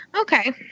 Okay